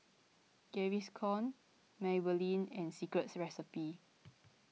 Gaviscon Maybelline and Secret Recipe